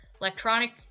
electronic